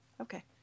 Okay